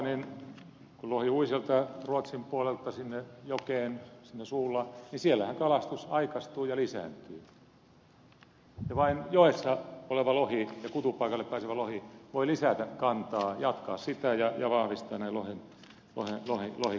kun lohi ui sieltä ruotsin puolelta sinne jokeen siinä suulla niin siellähän kalastus aikaistuu ja lisääntyy ja vain joessa oleva lohi ja kutupaikalle pääsevä lohi voi lisätä kantaa jatkaa sitä ja vahvistaa näin lohikantaa yleensä